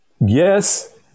Yes